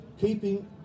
keeping